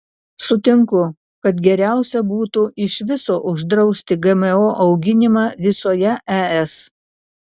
sutinku kad geriausia būtų iš viso uždrausti gmo auginimą visoje es